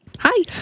Hi